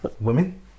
Women